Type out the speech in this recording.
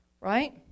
Right